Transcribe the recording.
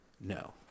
No